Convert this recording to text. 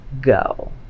go